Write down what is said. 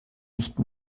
nicht